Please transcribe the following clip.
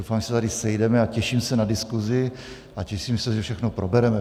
Doufám, že se tady sejdeme, a těším se na diskusi a těším se, že všechno probereme.